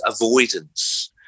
avoidance